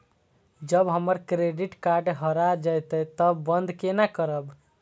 जब हमर credit card हरा जयते तब बंद केना करब?